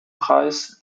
preis